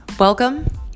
Welcome